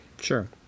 Sure